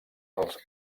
els